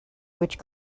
which